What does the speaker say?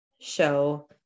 show